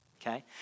okay